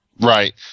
Right